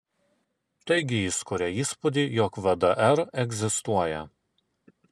taigi jis kuria įspūdį jog vdr egzistuoja